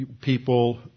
people